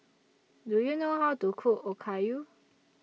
Do YOU know How to Cook Okayu